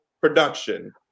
production